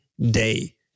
day